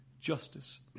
justice